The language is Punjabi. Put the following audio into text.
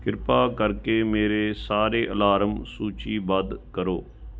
ਕਿਰਪਾ ਕਰ ਕੇ ਮੇਰੇ ਸਾਰੇ ਅਲਾਰਮ ਸੂਚੀਬੱਧ ਕਰੋ